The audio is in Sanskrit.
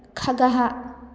खगः